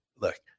look